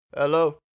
Hello